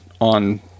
on